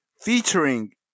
Featuring